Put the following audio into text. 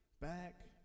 back